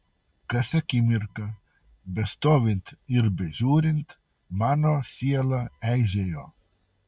kas akimirką bestovint ir bežiūrint mano siela eižėjo